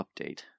update